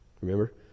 Remember